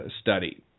study